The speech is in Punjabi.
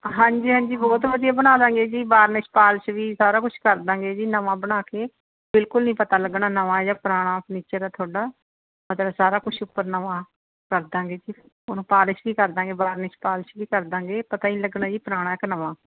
ਹਾਂਜੀ ਹਾਂਜੀ ਬਹੁਤ ਵਧੀਆ ਬਣਾ ਦੇਵਾਂਗੇ ਜੀ ਬਾਰਨਿਸ਼ ਪਾਲਸ਼ ਵੀ ਸਾਰਾ ਕੁਛ ਕਰ ਦੇਵਾਂਗੇ ਜੀ ਨਵਾਂ ਬਣਾ ਕੇ ਬਿਲਕੁਲ ਨਹੀਂ ਪਤਾ ਲੱਗਣਾ ਨਵਾਂ ਜਾ ਪੁਰਾਣਾ ਫਰਨੀਚਰ ਹੈ ਤੁਹਾਡਾ ਮਤਲਬ ਸਾਰਾ ਕੁਛ ਉੱਪਰ ਨਵਾਂ ਕਰ ਦੇਵਾਂਗੇ ਜੀ ਉਹਨੂੰ ਪਾਲਿਸ਼ ਵੀ ਕਰ ਦੇਵਾਂਗੇ ਬਾਰਨਿਸ਼ ਪਾਲਿਸ਼ ਵੀ ਕਰ ਦੇਵਾਂਗੇ ਪਤਾ ਹੀ ਨਹੀਂ ਲੱਗਣਾ ਜੀ ਪੁਰਾਣਾ ਹੈ ਕਿ ਨਵਾਂ